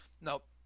Nope